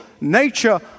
nature